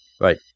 Right